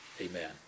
Amen